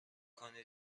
کنید